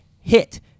Hit